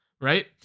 right